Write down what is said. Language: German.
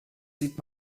sieht